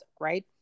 right